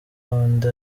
undi